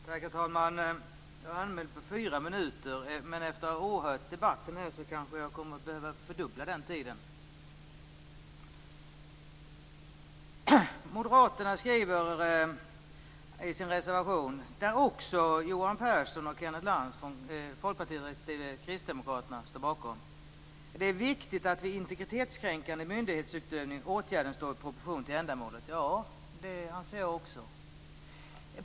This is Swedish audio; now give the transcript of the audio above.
Herr talman! Jag är anmäld för fyra minuters talartid, men efter att ha åhört debatten här kanske jag behöver fördubbla den tiden. Moderaterna skriver i sin reservation, som också Johan Pehrson och Kenneth Lantz från Folkpartiet respektive Kristdemokraterna står bakom: "Det är viktigt att vid integritetskränkande myndighetsutövning åtgärden står i proportion till ändamålet." Ja, det anser jag också.